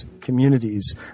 communities